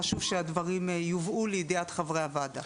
חשוב שהדברים יובאו לידיעת חברי הוועדה.